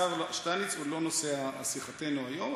השר שטייניץ הוא לא נושא שיחתנו היום,